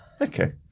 Okay